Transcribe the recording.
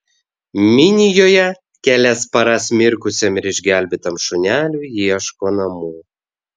minijoje kelias paras mirkusiam ir išgelbėtam šuneliui ieško namų